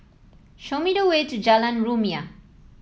show me the way to Jalan Rumia